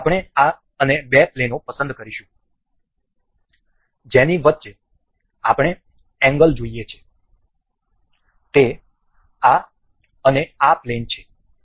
આપણે આ અને બે પ્લેનો પસંદ કરીશું જેની વચ્ચે આપણે એંગલ જોઈએ છે તે આ અને આ પ્લેન છે